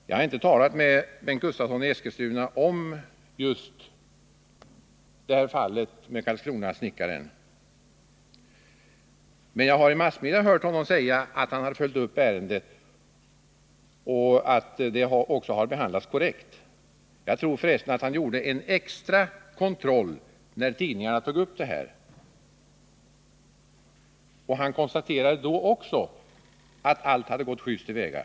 Jag har inte talat med Bengt Gustavsson om just fallet med Karlskronasnickaren, men jag har i massmedia hört honom säga att han har följt upp ärendet och att det också har behandlats korrekt. Jag tror för resten att han gjorde en extra kontroll, när tidningarna tog upp saken, och han konstaterade då att allting hade gått just till väga.